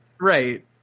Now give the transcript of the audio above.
Right